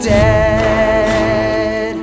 dead